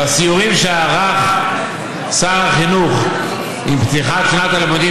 בסיורים שערך שר החינוך עם פתיחת שנת הלימודים,